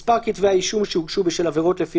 מספר כתבי האישום שהוגשו בשל עבירות לפי